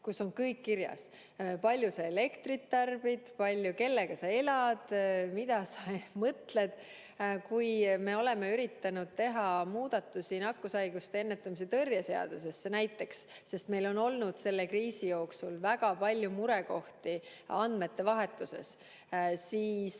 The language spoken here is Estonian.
kus on kõik kirjas – näiteks, kui palju sa elektrit tarbid, kellega sa elad, mida sa mõtled. Kui me oleme üritanud teha muudatusi nakkushaiguste ennetamise ja tõrje seadusesse, sest meil on olnud selle kriisi ajal väga palju murekohti andmetevahetuses, siis